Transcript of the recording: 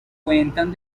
cuentan